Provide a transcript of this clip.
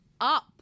up